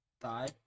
die